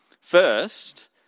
First